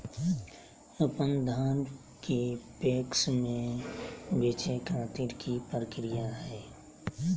अपन धान के पैक्स मैं बेचे खातिर की प्रक्रिया हय?